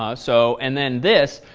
ah so and then this,